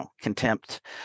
contempt